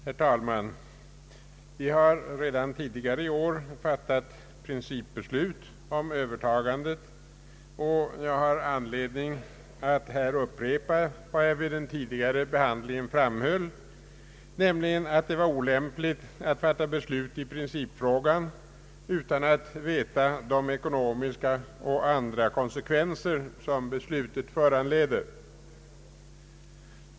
Herr talman! Vi har redan tidigare i år fattat principbeslut om övertagandet. Jag har anledning att här upprepa vad jag vid den tidigare behandlingen framhöll, nämligen att det var olämpligt att fatta beslut i principfrågan utan att veta de ekonomiska och andra konsekvenser som beslutet föranledde.